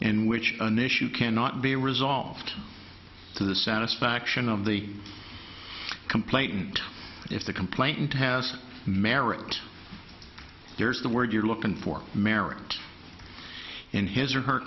in which an issue cannot be resolved to the satisfaction of the complainant if the complaint has merit there's the word you're looking for merit in his or her